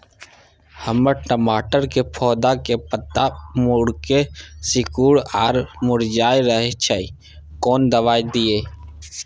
हमर टमाटर के पौधा के पत्ता मुड़के सिकुर आर मुरझाय रहै छै, कोन दबाय दिये?